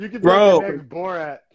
Bro